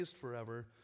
forever